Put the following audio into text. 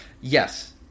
Yes